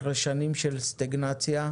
אחרי שנים של סטגנציה.